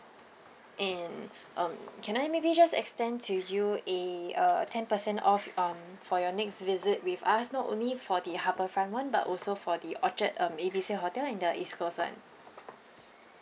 and um can I maybe just extend to you a uh ten percent off um for your next visit with us not only for the harbourfront one but also for the orchard um A B C hotel in the east coast [one]